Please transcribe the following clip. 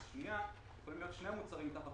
בשנייה יכולים להיות שני מוצרים תחת